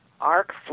arc